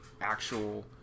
actual